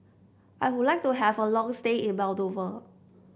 I would like to have a long stay in Moldova